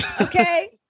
okay